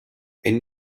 and